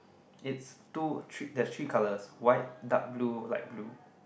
it's two three there's three colours white dark blue light blue